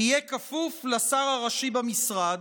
יהיה כפוף לשר הראשי במשרד.